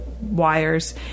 wires